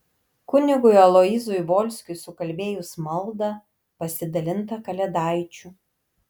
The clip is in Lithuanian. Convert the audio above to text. kunigui aloyzui volskiui sukalbėjus maldą pasidalinta kalėdaičių